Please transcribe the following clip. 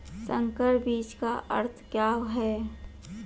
संकर बीज का अर्थ क्या है?